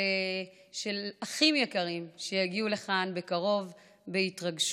של אחים יקרים שיגיעו לכאן בקרוב בהתרגשות.